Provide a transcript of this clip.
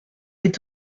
est